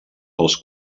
pels